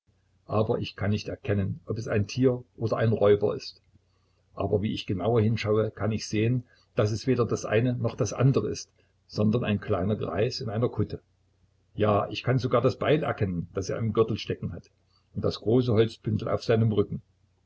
aber ich kann durchaus nicht erkennen ob es ein tier oder ein räuber ist aber wie ich genauer hinschaue kann ich genau unterscheiden daß es weder das eine noch das andere ist sondern ein kleiner greis in einer kutte ja ich kann sogar das beil erkennen das er im gürtel stecken hat und das große holzbündel auf seinem rücken